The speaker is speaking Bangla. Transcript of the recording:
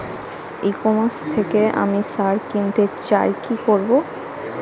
ই কমার্স থেকে আমি সার কিনতে চাই কি করব?